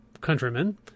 countrymen